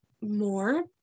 more